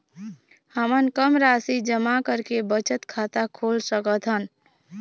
हमन कम राशि जमा करके बचत खाता खोल सकथन?